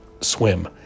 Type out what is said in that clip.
swim